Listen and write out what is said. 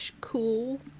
cool